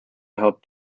helped